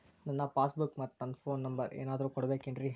ನನ್ನ passbook ಮತ್ ನನ್ನ ಫೋನ್ ನಂಬರ್ ಏನಾದ್ರು ಕೊಡಬೇಕೆನ್ರಿ?